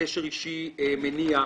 קשר אישי מניע.